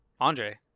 Andre